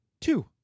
Two